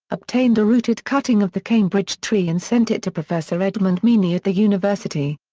obtained a rooted cutting of the cambridge tree and sent it to professor edmund meany at the university.